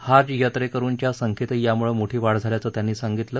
हाज यात्रेकरुंच्या संख्येतही यामुळे मोठी वाढ झाल्याचं त्यांनी सांगितलं